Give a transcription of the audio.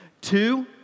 Two